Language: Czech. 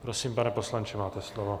Prosím, pane poslanče, máte slovo.